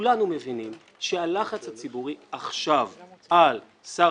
כולנו מבינים שהלחץ הציבורי עכשיו על שר